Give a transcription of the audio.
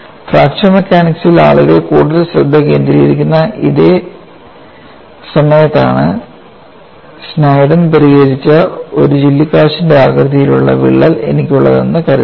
fracture മെക്കാനിക്സിൽ ആളുകൾ കൂടുതൽ ശ്രദ്ധ കേന്ദ്രീകരിക്കുന്ന അതേ സമയത്താണ് സ്നെഡൺ പരിഹരിച്ച ഒരു ചില്ലിക്കാശിന്റെ ആകൃതിയിലുള്ള വിള്ളൽ എനിക്കുള്ളതെന്ന് കരുതുക